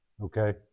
okay